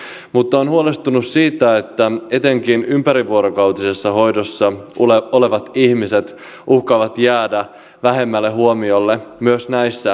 mutta olen huolestunut siitä että etenkin ympärivuorokautisessa hoidossa olevat ihmiset uhkaavat jäädä vähemmälle huomiolle myös näissä painopisteissä